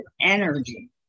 energy